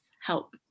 help